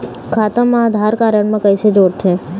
खाता मा आधार कारड मा कैसे जोड़थे?